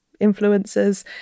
influencers